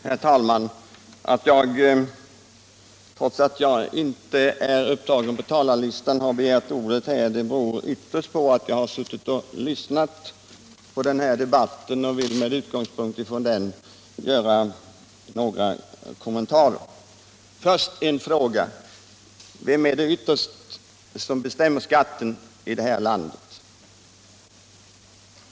Herr talman! Att jag trots att jag inte är upptagen på talarlistan ändå har begärt ordet beror på att jag suttit och lyssnat på debatten och med utgång från den vill göra några kommentarer. Först en fråga: Vem är det som ytterst skall bestämma skatten i det här landet?